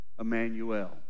Emmanuel